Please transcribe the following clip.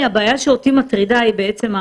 מטרידה סוגיית